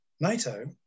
NATO